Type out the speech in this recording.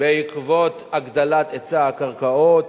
בעקבות הגדלת היצע הקרקעות.